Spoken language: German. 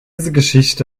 geschichte